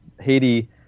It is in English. Haiti